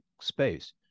space